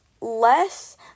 less